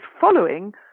following